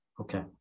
Okay